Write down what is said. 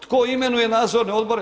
Tko imenuje nadzorne odbore?